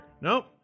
Nope